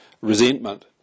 resentment